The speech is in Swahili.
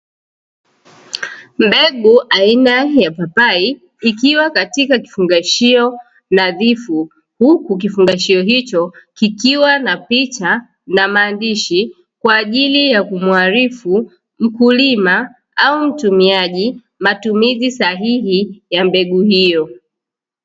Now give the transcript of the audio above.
Mbegu aina ya papai ikiwa katika kifungashio nadhifu, huku kifungashio hicho kikiwa na picha na maandishi kwa ajili ya kumuarifu mkulima au mtumiaji matumizi sahihi ya mbegu hiyo.